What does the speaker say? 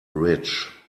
rich